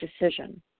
decision